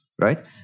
right